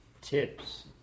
tips